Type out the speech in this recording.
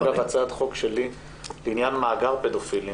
הייתה גם הצעת החוק שלי לעניין מאגר הפדופילים.